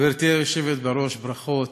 גברתי היושבת בראש, ברכות.